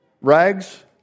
rags